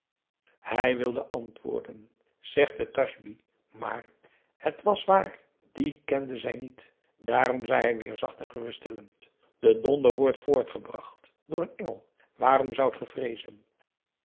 hij wilde antwoorden zeg den tasbih maar het was waar dien kende zij niet dààrom zei hij weer zacht en geruststellend de donder wordt voortgebracht door een engel waarom zoudt ge vreezen